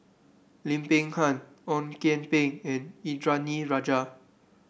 Lim Peng Han Ong Kian Peng and Indranee Rajah